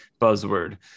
buzzword